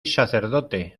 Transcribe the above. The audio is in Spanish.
sacerdote